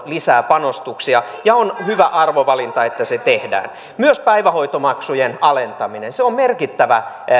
lisää panostuksia tasa arvoon ja on hyvä arvovalinta että se tehdään myös päivähoitomaksujen alentaminen on merkittävä